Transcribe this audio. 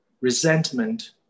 resentment